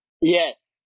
Yes